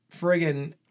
Friggin